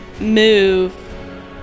move